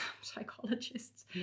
psychologists